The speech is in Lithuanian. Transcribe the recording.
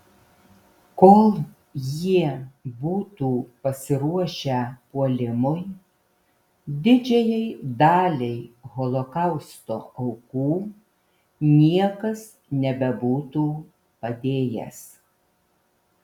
kol jie būtų pasiruošę puolimui didžiajai daliai holokausto aukų niekas nebebūtų padėjęs